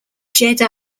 jedi